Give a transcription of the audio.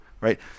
right